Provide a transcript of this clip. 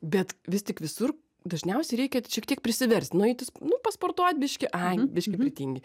bet vis tik visur dažniausiai reikia šiek tiek prisiverst nueiti nu pasportuot biškį ai biškį pritingi